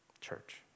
Church